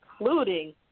including